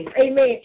amen